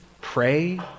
pray